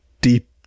deep